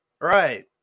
Right